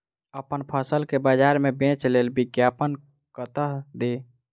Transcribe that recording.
अप्पन फसल केँ बजार मे बेच लेल विज्ञापन कतह दी?